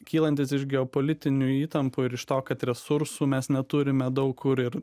kylantis iš geopolitinių įtampų ir iš to kad resursų mes neturime daug kur ir